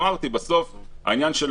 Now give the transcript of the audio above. אמרתי, בסוף העניין של